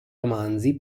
romanzi